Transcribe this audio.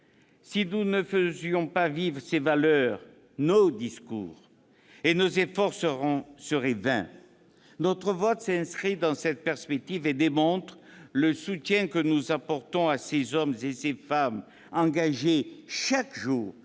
Si nous ne faisions pas vivre ces valeurs, nos discours et nos efforts seraient vains. Notre vote s'inscrit dans cette perspective et démontre le soutien que nous apportons à ces hommes et ces femmes, engagés chaque jour